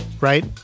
right